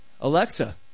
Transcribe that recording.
Alexa